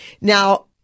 Now